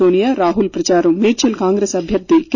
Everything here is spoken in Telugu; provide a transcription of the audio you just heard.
నోనియా రాహుల్ ప్రచారం మేడ్చల్ కాంగ్రెస్ అభ్వర్ధి కె